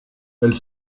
elle